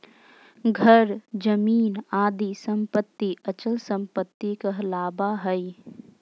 घर, जमीन आदि सम्पत्ति अचल सम्पत्ति कहलावा हइ